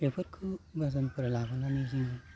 बेफोरखौ बाजारनिफ्राय लाबोनानै जोङो